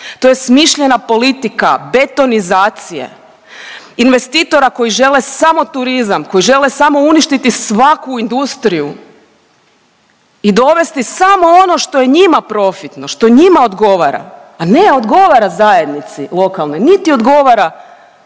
to je smišljena politika betonizacije, investitora koji žele samo turizam, koji žele samo uništiti svaku industriju i dovesti samo ono što je njima profitno, što njima odgovara, a ne odgovara zajednici lokalnoj, niti odgovara